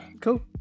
cool